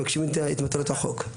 מבקשים את מטרות החוק.